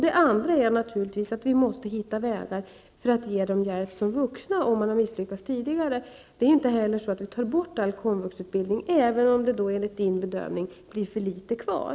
Den andra är naturligtvis att vi måste hitta vägar för att ge dem hjälp som vuxna, om de har misslyckats tidigare. Vi tar inte heller bort all komvuxutbildning, även om det enligt Ingvar Johnssons bedömning blir för litet kvar.